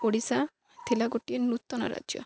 ଓଡ଼ିଶା ଥିଲା ଗୋଟିଏ ନୂତନ ରାଜ୍ୟ